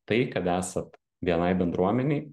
tai kad esat bni bendruomenėj